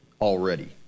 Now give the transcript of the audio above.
already